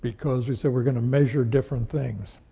because, we said, we're gonna measure different things.